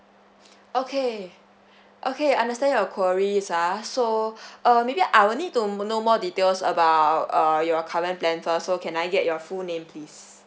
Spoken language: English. okay okay understand your queries ah so uh maybe I will need to more know more details about uh your current plan first so can I get your full name please